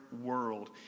world